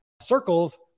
circles